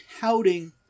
touting